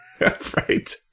right